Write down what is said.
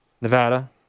Nevada